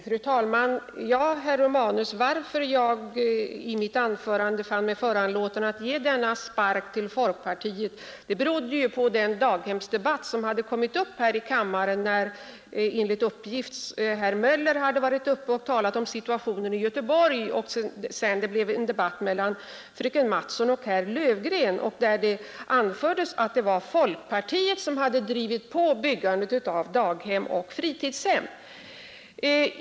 Fru talman! Ja, herr Romanus, att jag i mitt anförande fann mig föranlåten att ge denna ”spark” till folkpartiet berodde på den daghemsdebatt, som kommit upp här i kammaren när enligt uppgift herr Möller hade talat om situationen i Göteborg och det därefter blev debatt mellan fröken Mattson och herr Löfgren, varvid anfördes att det var folkpartiet som hade drivit på byggandet av daghem och fritidshem.